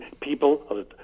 people